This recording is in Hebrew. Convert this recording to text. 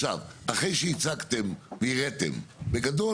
עכשיו אחרי שהצגתם והיראתם בגדול,